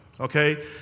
Okay